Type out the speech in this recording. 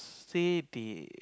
say they